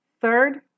third